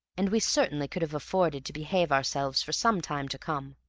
and we certainly could have afforded to behave ourselves for some time to come.